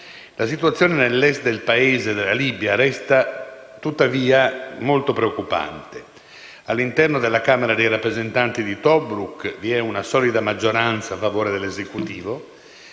La situazione nell'est della Libia resta, tuttavia, molto preoccupante. All'interno della Camera dei rappresentanti di Tobruk vi è una solida maggioranza a favore dell'Esecutivo,